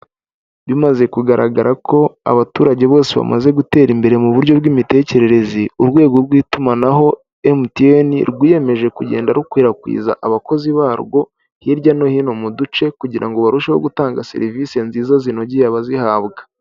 Bimaze kugaragara ko abaturage bose bamaze gutera imbere mu buryo bw'imitekerereze, urwego rw'itumanaho MTN rwiyemeje kugenda rukwirakwiza abakozi barwo, hirya no hino mu duce kugira ngo barusheho gutanga serivisi nziza zinogeye abazihabwa.